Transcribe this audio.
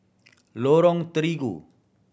Lorong Terigu